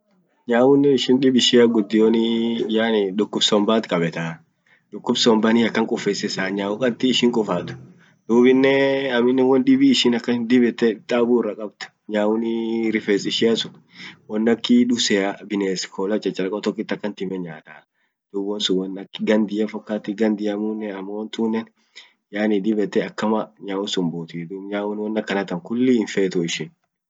Nyaunen ishin dib ishian gudio yani duqub sombat qabetaa duqub somban hiakan qufesisaa nyau dak ishin qufat dubinen aminen won dibi ishin akan dib yette taabu ira qabdi nyaun rifes ishia sun won akii dusea bines koola chachareko tokiit akan tiime nyataa. duub won sun won ak gandia fokati gandiamunea amo wontunen yani dib yette akama nyau sunbutii nyaun won akana tan kulli hinfetu ishin.